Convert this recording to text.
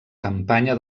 campanya